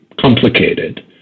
complicated